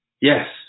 Yes